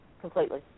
completely